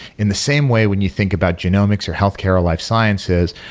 in the same way when you think about genomics, or healthcare, or life sciences,